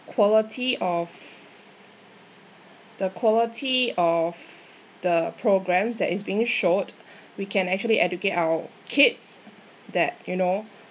quality of the quality of the programmes that is being showed we can actually educate our kids that you know